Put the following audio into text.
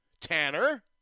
Tanner